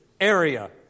area